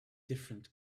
different